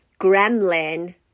gremlin